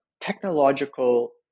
technological